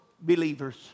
believers